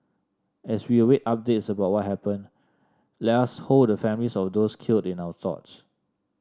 as we await updates about what happened let us hold the families of those killed in our thoughts